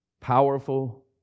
Powerful